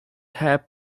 helped